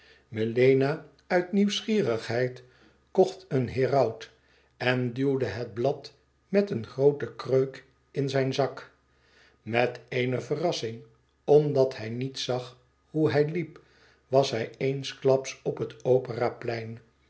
melena uit nieuwsgierigheid kocht een heraut en duwde het blad met een grooten kreuk in zijn zak met eene verrassing omdat hij niet zag hoe hij liep was hij eensklaps op het opera plein